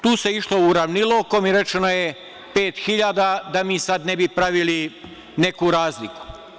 Tu se išlo uravnilovkom i rečeno je pet hiljada da mi sada ne bi pravili neku razliku.